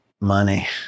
money